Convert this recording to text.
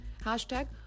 Hashtag